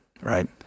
Right